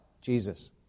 Jesus